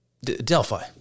Delphi